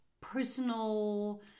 personal